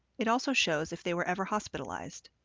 it also shows if they were ever hospitalized.